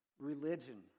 Religion